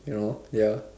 you know ya